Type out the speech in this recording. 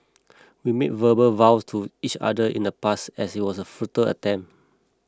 we made verbal vows to each other in the past as it was a futile attempt